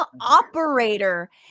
operator